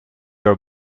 your